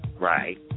right